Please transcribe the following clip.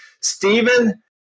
Stephen